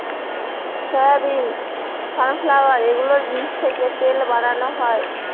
soybean, sunflower এগুলোর বীজ থেকে তেল বানানো হয়